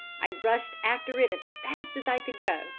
i rushed after it as fast as i could go,